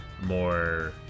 more